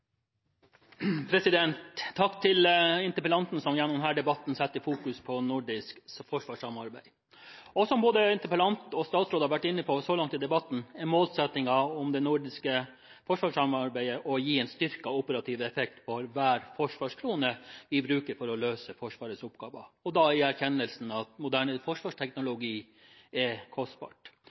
så langt i debatten, er målsettingen om det nordiske forsvarssamarbeidet å gi en styrket operativ effekt for hver forsvarskrone vi bruker for å løse Forsvarets oppgaver, og da i erkjennelsen av at moderne forsvarsteknologi er kostbart